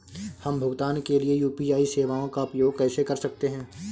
हम भुगतान के लिए यू.पी.आई सेवाओं का उपयोग कैसे कर सकते हैं?